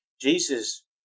Jesus